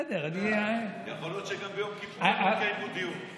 יכול להיות שגם ביום כיפורים יקיימו דיון.